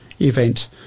event